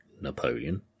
Napoleon